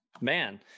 Man